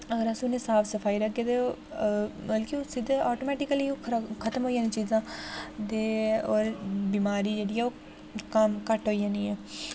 अगर अस उं'दी साफ सफाई रखगे ते ओह् बल्कि ओह् सिद्धे ऑटोमेटिकली ओह् खत्म होई जानी चीजां दे होर बीमारी जेह्ड़ी ऐ ओह् घट्ट होई जानी ऐ